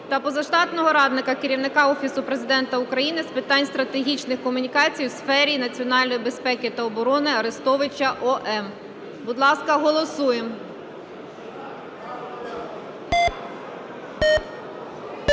та позаштатного радника Керівника Офісу Президента України з питань стратегічних комунікацій у сфері національної безпеки та оборони Арестовича О.М. Будь ласка, голосуємо.